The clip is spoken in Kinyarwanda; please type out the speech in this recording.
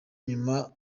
nyuma